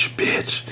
bitch